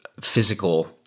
physical